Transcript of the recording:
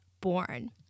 born